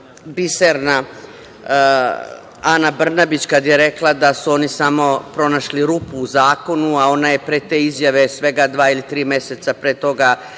Ana Brnabić kada je rekla da su oni samo pronašli rupu u zakonu, a ona je pre te izjave svega dva ili tri meseca pre toga